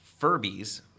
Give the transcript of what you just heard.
Furbies